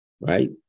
Right